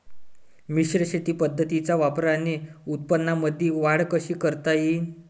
मिश्र शेती पद्धतीच्या वापराने उत्पन्नामंदी वाढ कशी करता येईन?